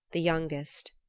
the youngest.